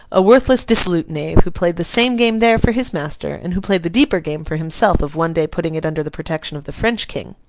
a worthless, dissolute knave, who played the same game there for his master, and who played the deeper game for himself of one day putting it under the protection of the french king.